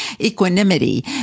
equanimity